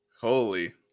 Holy